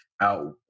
out